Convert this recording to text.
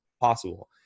possible